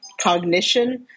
cognition